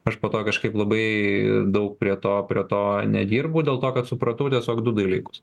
aš po to kažkaip labai daug prie to prie to nedirbau dėl to kad supratau tiesiog du dalykus